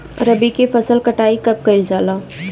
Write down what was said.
रबी फसल मे कटाई कब कइल जाला?